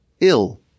ill